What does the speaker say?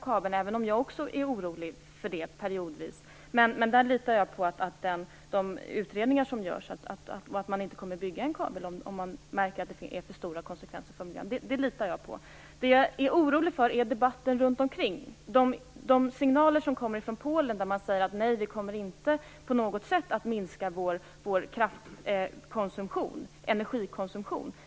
Jag är periodvis också orolig för detta, men jag litar på utredningarna som görs och att man inte kommer att bygga någon kabel om man märker att konsekvenserna för miljön blir för stora. Jag är däremot orolig för debatten runt omkring. Från Polen kommer signaler som säger att polackerna inte på något sätt kommer att minska sin kraft och energikonsumtion.